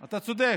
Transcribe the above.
אתה צודק.